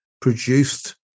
produced